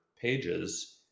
pages